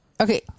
Okay